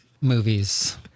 movies